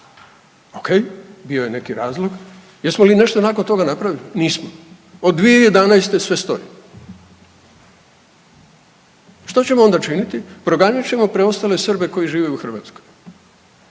ok, bio je neki razlog, jesmo li nešto nakon toga napravili, nismo. Od 2011. sve stoji. Što ćemo onda činiti? Proganjat ćemo preostale Srbe koji žive u Hrvatskoj.